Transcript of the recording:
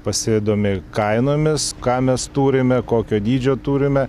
pasidomi kainomis ką mes turime kokio dydžio turime